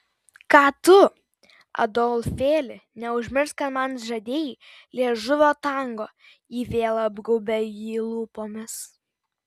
ką tu adolfėli neužmiršk kad man žadėjai liežuvio tango ji vėl apgaubė jį lūpomis